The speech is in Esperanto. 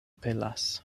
pelas